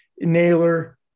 Naylor